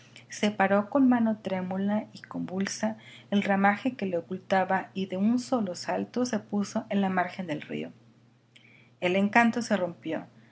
sentidos separó con mano trémula y convulsa el ramaje que le ocultaba y de un solo salto se puso en la margen del río el encanto se rompió